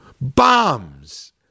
Bombs